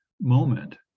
moment